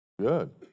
Good